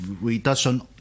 reduction